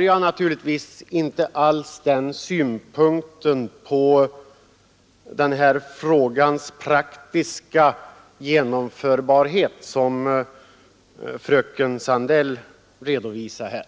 jag naturligtvis inte alls samma syn på vårt förslags praktiska genom förbarhet som den fröken Sandell redovisade.